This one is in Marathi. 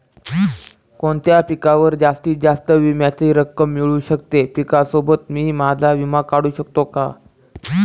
कोणत्या पिकावर जास्तीत जास्त विम्याची रक्कम मिळू शकते? पिकासोबत मी माझा विमा काढू शकतो का?